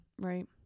Right